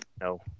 No